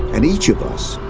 and each of us.